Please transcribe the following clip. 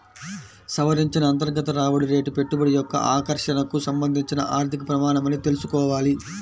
సవరించిన అంతర్గత రాబడి రేటు పెట్టుబడి యొక్క ఆకర్షణకు సంబంధించిన ఆర్థిక ప్రమాణమని తెల్సుకోవాలి